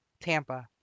Tampa